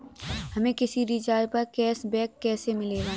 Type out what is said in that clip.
हमें किसी रिचार्ज पर कैशबैक कैसे मिलेगा?